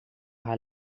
haar